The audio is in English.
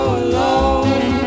alone